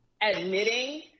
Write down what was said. admitting